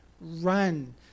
run